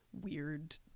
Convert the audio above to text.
weird